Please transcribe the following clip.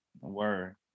Word